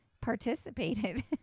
participated